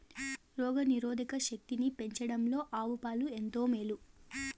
రోగ నిరోధక శక్తిని పెంచడంలో ఆవు పాలు ఎంతో మేలు